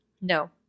No